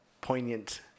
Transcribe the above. poignant